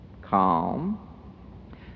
calm